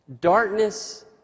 Darkness